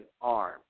arm